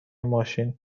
ماشین